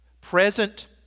present